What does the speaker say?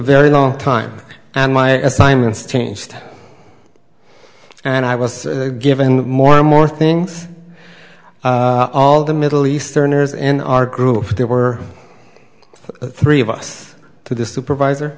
very long time and my assignments changed and i was given more and more things all the middle easterners in our group there were three of us to the supervisor